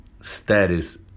status